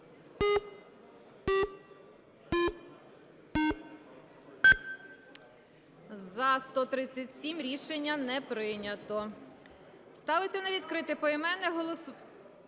За-137 Рішення не прийнято. Ставиться на відкрите поіменне голосування...